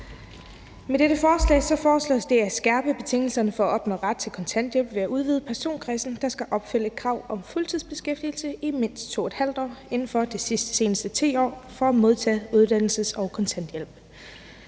Med dette forslag foreslås det at skærpe betingelserne for at opnå ret til kontanthjælp ved at udvide personkredsen, der skal opfylde et krav om fuldtidsbeskæftigelse i mindst 2½ år inden for de seneste 10 år for at modtage uddannelses- og kontanthjælp.